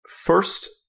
first